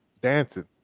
dancing